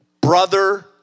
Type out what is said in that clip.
brother